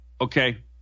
Okay